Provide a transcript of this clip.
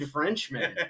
Frenchman